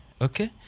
Okay